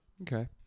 Okay